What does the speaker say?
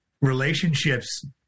relationships